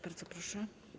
Bardzo proszę.